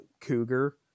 cougar